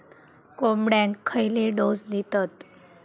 कोंबड्यांक खयले डोस दितत?